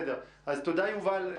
אז תודה, יובל.